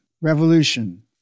Revolution